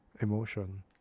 emotion